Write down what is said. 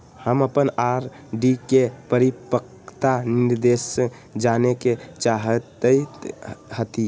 हम अपन आर.डी के परिपक्वता निर्देश जाने के चाहईत हती